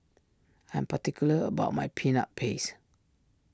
I am particular about my Peanut Paste